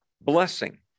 blessing